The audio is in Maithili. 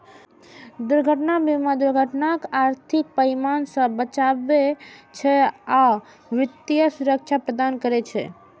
दुर्घटना बीमा दुर्घटनाक आर्थिक परिणाम सं बचबै छै आ वित्तीय सुरक्षा प्रदान करै छै